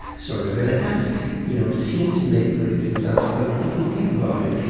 sort of. and it does you know seem to make very good sense but if we think about it,